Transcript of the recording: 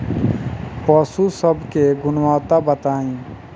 पशु सब के गुणवत्ता बताई?